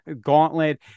gauntlet